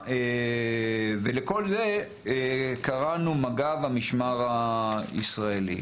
ולכל זה קראנו מג"ב המשמר הישראלי.